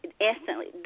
instantly